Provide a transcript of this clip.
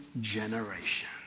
generation